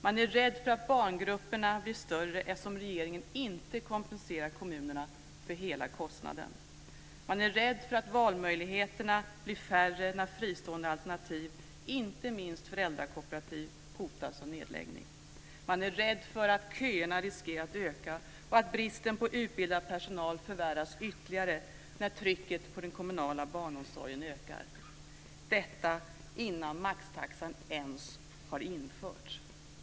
Man är rädd för att barngrupperna blir större eftersom regeringen inte kompenserar kommunerna för hela kostnaden. Man är rädd för att valmöjligheterna blir färre när fristående alternativ, inte minst föräldrakooperativ, hotas av nedläggning. Man är rädd för att köerna riskerar att öka och att bristen på utbildad personal förvärras ytterligare när trycket på den kommunala barnomsorgen ökar. Detta sker innan maxtaxan ens har införts!